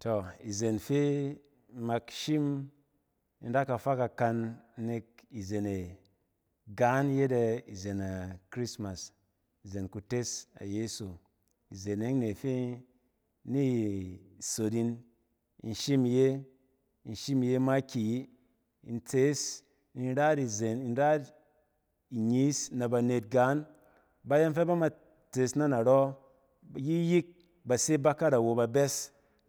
Toh izen fi imak shim ni ra kafa kakan, izen e gan yet izen a krismas, izen kutes, izet e yɔng nie fi in i sot yin in shim iye makiyi in tses ni ra yit inlyis ne banet gan, bayɔng fɛ ba ma tses ne narɔ yit yik base bakat awo,